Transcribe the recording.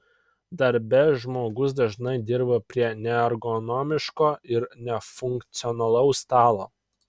darbe žmogus dažnai dirba prie neergonomiško ir nefunkcionalaus stalo